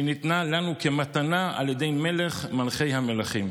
שניתנה לנו כמתנה על ידי מלך מלכי המלכים.